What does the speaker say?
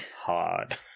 hard